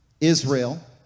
Israel